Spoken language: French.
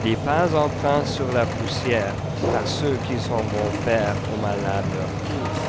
les pas empreints sur la poussière par ceux qui s'en vont faire au malade leur cour